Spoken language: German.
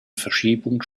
verschiebung